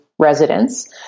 residents